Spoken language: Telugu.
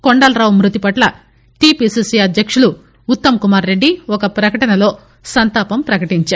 కొండలరావు మృతిపట్ల టిపిసిసి అధ్యకుడు ఉత్తం కుమార్ రెడ్డి ఒక ప్రకటనలో సంతాపం ప్రకటించారు